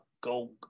go